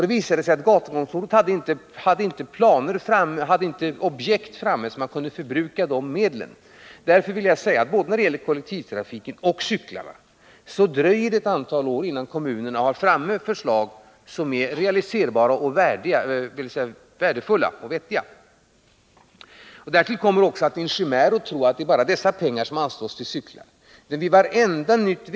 Det visade sig att gatukontoret inte hade objekt framme så att dessa medel kunde förbrukas. Både när det gäller kollektivtrafik och i fråga om cyklism dröjer det alltså ett antal år innan kommunerna har förslag framme som är realiserbara och vettiga. Därtill kommer att det är en chimär att tro att det bara är de medel som utgår i form av bidrag till cykelleder som gynnar cyklismen.